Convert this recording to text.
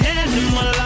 animal